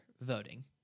voting